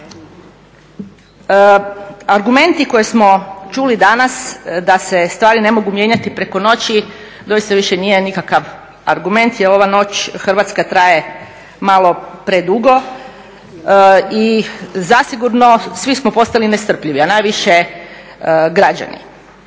Argumenti koje smo čuli danas da se stvari ne mogu mijenjati preko noći doista više nije nikakav argument, jer ova noć, hrvatska traje malo predugo i zasigurno svi smo postali nestrpljivi, a najviše građani.